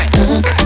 Look